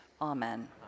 Amen